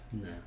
No